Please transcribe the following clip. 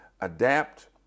adapt